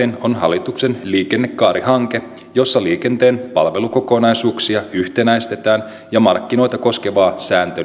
on hallituksen liikennekaarihanke jossa liikenteen palvelukokonaisuuksia yhtenäistetään ja markkinoita koskevaa sääntelyä